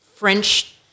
French